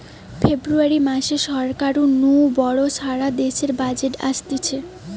ফেব্রুয়ারী মাসে সরকার নু বড় সারা দেশের বাজেট অসতিছে